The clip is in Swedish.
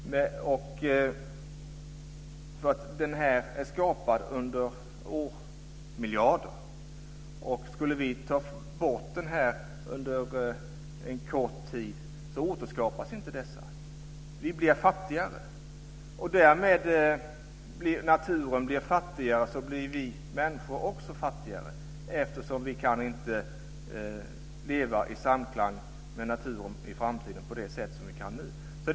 Den är ju skapad under miljarder år, och om vi skulle ta bort den under en kort tid så återskapas den inte. Om naturen blir fattigare, så blir vi människor också fattigare, eftersom vi inte kan leva i samklang med naturen i framtiden på det sätt som vi nu kan.